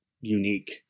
unique